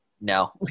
no